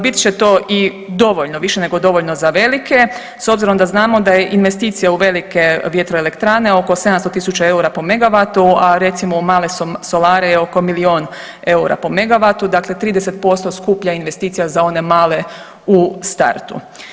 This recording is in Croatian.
Bit će to i dovoljno, više nego dovoljno za velike s obzirom da znamo da je investicija u velike elektrane oko 700.000 EUR-a po megavatu, a recimo u male solare je oko milion EUR-a po megavatu, dakle 30% skuplja investicija za one male u startu.